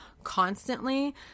constantly